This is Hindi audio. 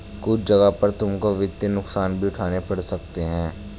कुछ जगहों पर तुमको वित्तीय नुकसान भी उठाने पड़ सकते हैं